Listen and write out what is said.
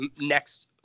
next